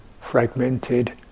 fragmented